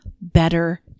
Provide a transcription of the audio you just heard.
better